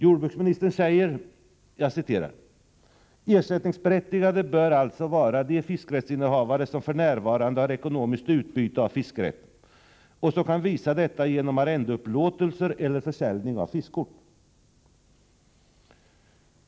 Jordbruksministern säger: ”Ersättningsberättigade bör alltså vara de fiskerättshavare som f.n. har ekonomiskt utbyte av fiskerätten och som kan visa detta genom arrendeupplåtelser eller försäljning av fiskekort.